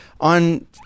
on